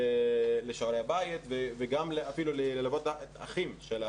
לשיעורי בית וגם אפילו ללוות אחים של הילד החולה.